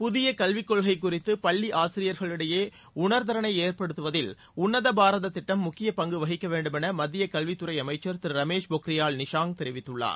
புதிய கல்விக் கொள்கை குறித்து பள்ளி ஆசிரியர்களிடையே உணர்திறளை ஏற்படுத்துவதில் உள்ளத பாரதம் திட்டம் முக்கியப் பங்கு வகிக்க வேண்டும் என மத்திய கல்வித்துறை அமைச்சர் திரு ரமேஷ் பொக்ரியால் நிஷாங் தெரிவித்துள்ளார்